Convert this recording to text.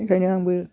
बेनिखायनो आंबो